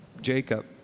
Jacob